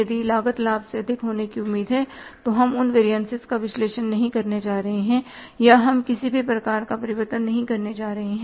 यदि लागत लाभ से अधिक होने की उम्मीद है तो हम उन वेरियनस का विश्लेषण नहीं करने जा रहे हैं या हम किसी भी प्रकार का परिवर्तन नहीं करने जा रहे हैं